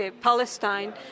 Palestine